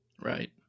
Right